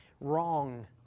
wrong